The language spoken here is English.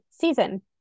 season